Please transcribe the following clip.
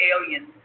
alien